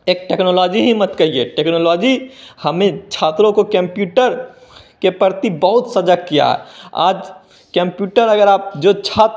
एक टेक्नोलॉजी ही मत कहिए टेक्नोलॉजी हमें छात्रों को केम्प्यूटर के प्रति बहुत सजग किया है आज केम्प्यूटर अगर आप जो छात्र